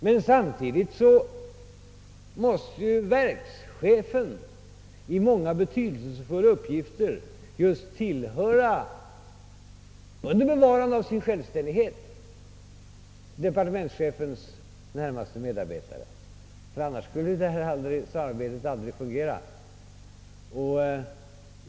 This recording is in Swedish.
Men samtidigt måste verkschefen under bevarande av sin självständighet tillhöra departementschefens närmaste medarbetare, annars: skulle samarbetet inte fungera.